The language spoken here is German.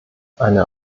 eine